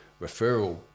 referral